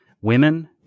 women